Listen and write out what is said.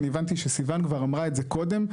אני הבנתי שסיון כבר אמרה את זה קודם,